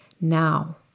now